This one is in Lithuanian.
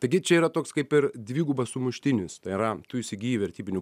taigi čia yra toks kaip ir dvigubas sumuštinis tai yra tu įsigyji vertybinių